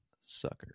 sucker